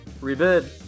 Rebid